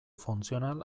funtzional